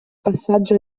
passaggio